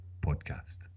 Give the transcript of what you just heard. podcast